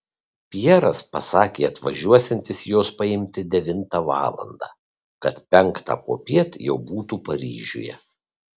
pjeras pasakė atvažiuosiantis jos paimti devintą valandą kad penktą popiet jau būtų paryžiuje